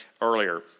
earlier